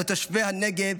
לתושבי הנגב,